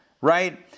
right